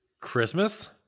Christmas